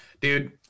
Dude